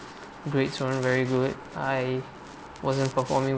grades not very good I wasn't performing